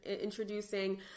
introducing